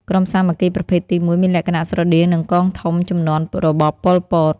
ក្រុមសាមគ្គីប្រភេទទី១ មានលក្ខណៈស្រដៀងនឹងកងធំជំនាន់របបប៉ុលពត។